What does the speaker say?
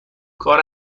کار